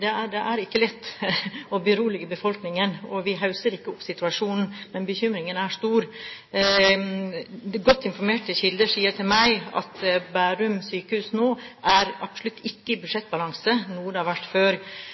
det er ikke lett å berolige befolkningen, og vi hausser ikke opp situasjonen. Bekymringen er stor. Godt informerte kilder sier til meg at Bærum sykehus nå absolutt ikke er i budsjettbalanse, noe det har vært før.